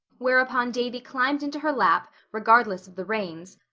whereupon davy climbed into her lap, regardless of the reins,